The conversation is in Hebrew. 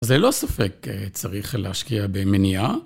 זה לא ספק צריך להשקיע במניעה.